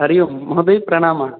हरिः ओं महोदय प्रणामः